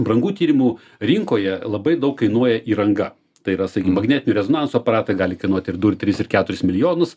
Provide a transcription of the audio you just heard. brangių tyrimų rinkoje labai daug kainuoja įranga tai yra sakykim magnetinio rezonanso aparatai gali kainuot ir du ir tris ir keturis milijonus